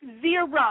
zero